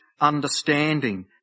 understanding